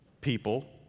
people